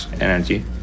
energy